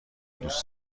دوست